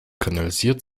kanalisiert